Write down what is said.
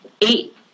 eight